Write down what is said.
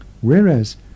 Whereas